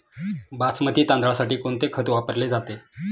बासमती तांदळासाठी कोणते खत वापरले जाते?